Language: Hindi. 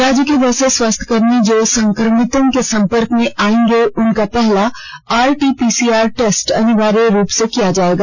राज्य के वैसे स्वास्थ्यकर्मी जो संक्रमित के संपर्क मे आएंगे उनका पहले आरटीपीसीआर टेस्ट अनिवार्य रूप से किया जाएगा